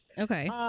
Okay